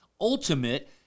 ultimate